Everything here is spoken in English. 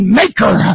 maker